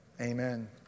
Amen